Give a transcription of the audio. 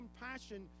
compassion